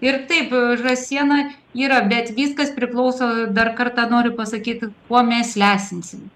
ir taip žąsiena yra bet viskas priklauso dar kartą noriu pasakyt kuo mes lesinsim